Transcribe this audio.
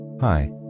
Hi